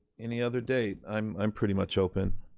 any other date? i'm i'm pretty much open.